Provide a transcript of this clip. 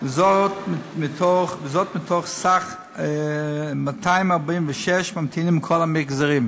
וזאת מתוך 246 ממתינים מכל המגזרים.